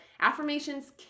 affirmations